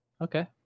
Okay